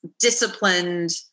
disciplined